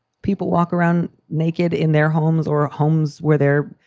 people walk around naked in their homes or homes where their,